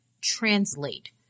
translate